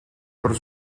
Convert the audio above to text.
por